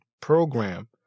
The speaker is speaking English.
program